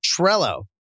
Trello